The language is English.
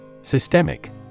Systemic